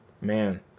Man